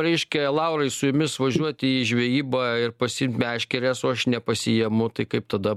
reiškia laurai su jumis važiuoti į žvejybą ir pasiimt meškeres o aš nepasiemu tai kaip tada